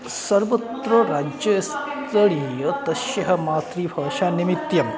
सर्वत्र राज्यस्तलीयं तस्य मातृभाषानिमित्तं